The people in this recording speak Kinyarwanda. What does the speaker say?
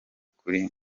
kuri